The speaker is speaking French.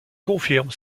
confirme